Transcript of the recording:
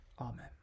Amen